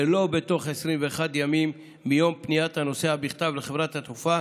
ולא בתוך 21 ימים מיום פניית הנוסע בכתב לחברת התעופה